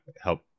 help